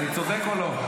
אני צודק או לא?